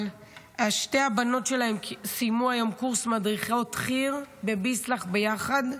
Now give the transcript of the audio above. אבל שתי הבנות שלהם סיימו היום קורס מדריכות חי"ר בביסל"ח ביחד.